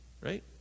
Right